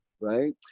right